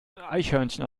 eichhörnchen